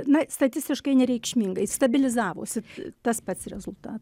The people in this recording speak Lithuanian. na statistiškai nereikšmingai stabilizavosi tas pats rezulta